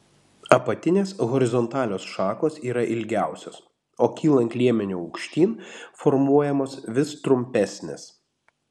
apatinės horizontalios šakos yra ilgiausios o kylant liemeniu aukštyn formuojamos vis trumpesnės